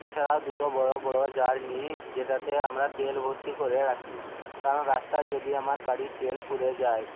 এছাড়াও দুটো বড় বড় জার নিই যেটাতে আমরা তেল ভর্তি করে রাখি কারণ রাস্তায় যদি আমার গাড়ির তেল ফুরিয়ে যায়